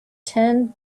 ten